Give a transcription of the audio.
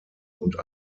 und